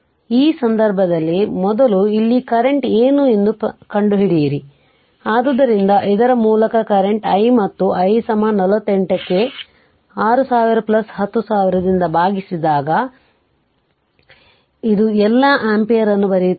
ಆದ್ದರಿಂದ ಆ ಸಂದರ್ಭದಲ್ಲಿ ಮೊದಲು ಇಲ್ಲಿ ಕರೆಂಟ್ ಏನು ಎಂದು ಕಂಡುಹಿಡಿಯಿರಿ ಆದ್ದರಿಂದ ಇದರ ಮೂಲಕ ಕರೆಂಟ್ i ಮತ್ತು i 48 ಕ್ಕೆ 6000 10000 ರಿಂದ ಭಾಗಿಸಿದಾಗ ಇದು ಎಲ್ಲಾ ಆಂಪಿಯರ್ ಅನ್ನು ಬರೆಯುತ್ತಿದೆ